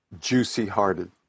juicy-hearted